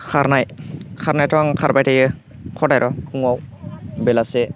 खारनाय खारनायाथ' आं खारबाय थायो सानफ्रोमबो फुङाव बेलासे